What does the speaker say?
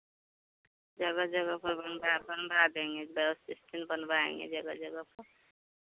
जगह जगह पर बन रहा बन रहा देंगे बस स्टैन्ड बनवाएँगे जगह जगह